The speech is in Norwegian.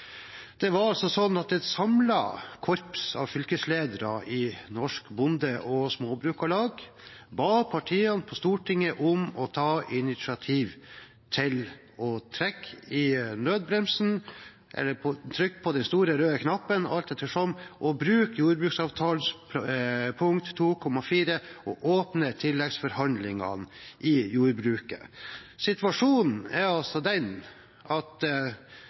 Et samlet korps av fylkesledere i Norsk Bonde- og Småbrukarlag ba partiene på Stortinget om å ta initiativ til å trekke i nødbremsen eller trykke på den store røde knappen – alt ettersom – og bruke jordbruksavtalens punkt 2.4 og åpne tilleggsforhandlinger i jordbruket. Situasjonen er den at